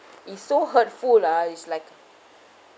it's so hurtful lah it's like